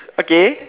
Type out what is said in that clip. okay